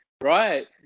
right